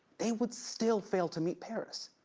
they would still fail to meet paris.